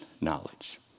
knowledge